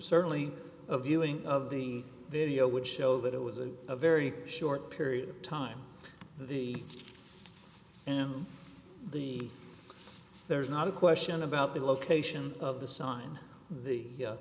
certainly a viewing of the video which show that it was a very short period of time the and the there is not a question about the location of the sign the